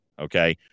Okay